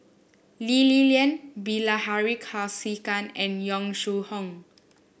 Lee Li Lian Bilahari Kausikan and Yong Shu Hoong